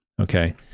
Okay